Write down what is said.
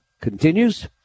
continues